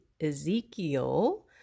Ezekiel